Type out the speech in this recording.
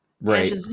right